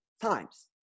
times